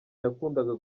yakundaga